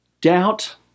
doubt